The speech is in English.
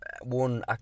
one